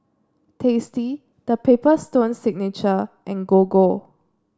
Tasty The Paper Stone Signature and Gogo